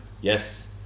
Yes